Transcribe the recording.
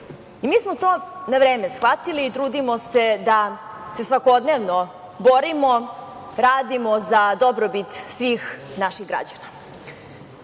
Mi smo to na vreme shvatili i trudimo se da svakodnevno borimo, radimo za dobrobit svih naših građana. Zakoni